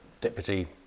Deputy